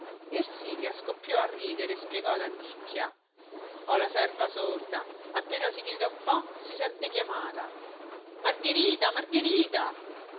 ersilia scoppiò a ridere e spiegò ad annicchia ho la serva sorda appena si grida un po si sente chiamata margherita margherita